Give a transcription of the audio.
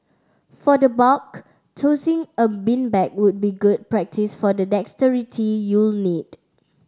for the bulk tossing a beanbag would be good practice for the dexterity you'll need